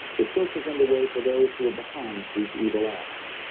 the search is underway for those who are behind these evil acts